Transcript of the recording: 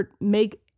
make